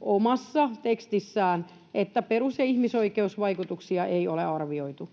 omassa tekstissään, että perus- ja ihmisoikeusvaikutuksia ei ole arvioitu.